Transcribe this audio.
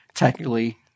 Technically